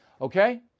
Okay